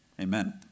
Amen